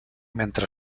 mentre